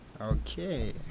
Okay